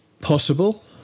possible